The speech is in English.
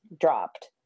dropped